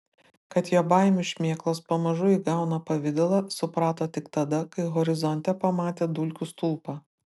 kad jo baimių šmėklos pamažu įgauna pavidalą suprato tik tada kai horizonte pamatė dulkių stulpą